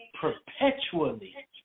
perpetually